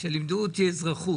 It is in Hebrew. כשלימדו אותי אזרחות